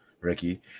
ricky